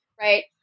right